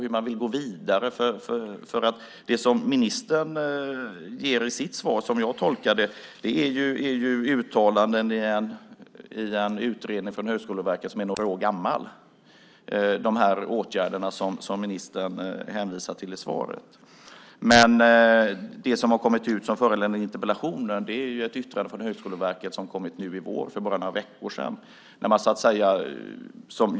Hur vill man gå vidare? Det som ministern ger i svaret är uttalanden från en utredning från Högskoleverket som är några år gammal. Det är de åtgärderna som ministern hänvisar till i svaret. Det som har föranlett interpellationen är ett yttrande från Högskoleverket som kom nu i vår, för bara några veckor sedan.